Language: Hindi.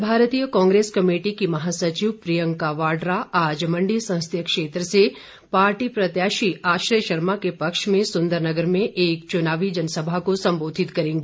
अखिल भारतीय कांग्रेस कमेटी की महासचिव प्रियंका वाड्रा आज मंडी संसदीय क्षेत्र से पार्टी प्रत्याशी आश्रय शर्मा के पक्ष में सुंदरनगर में एक चुनावी जनसभा को संबोधित करेंगी